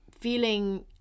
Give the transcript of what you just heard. feeling